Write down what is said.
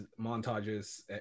montages